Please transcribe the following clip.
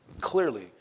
clearly